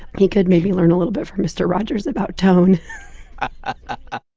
he could maybe learn a little bit from mr. rogers about tone ah